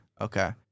Okay